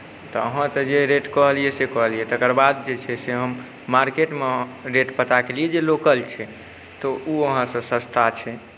तऽ अहाँ तऽ जे रेट कहलियै से कहलियै तकर बाद जे छै से हम मार्केटमे रेट पता केलियै जे लोकल छै तऽ ओ अहाँसँ सस्ता छै